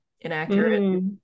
inaccurate